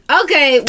okay